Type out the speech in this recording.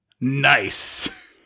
nice